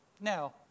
Now